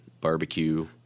Barbecue